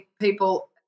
people